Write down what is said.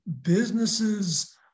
businesses